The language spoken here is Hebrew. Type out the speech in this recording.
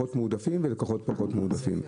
לקוחות מועדפים ולקוחות פחות מועדפים.